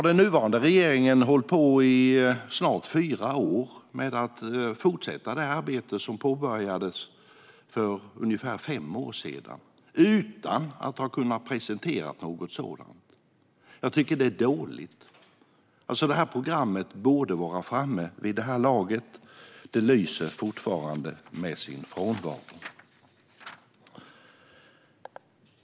Den nuvarande regeringen har nu hållit på i snart fyra år med att fortsätta det arbete som påbörjades för ungefär fem år sedan - utan att ha kunnat presentera något sådant program. Jag tycker att det är dåligt. Programmet borde vara framme vid det här laget. Det lyser fortfarande med sin frånvaro.